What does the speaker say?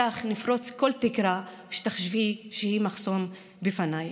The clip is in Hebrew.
איתך נפרוץ כל תקרה שתחשבי שהיא מחסום בפנייך.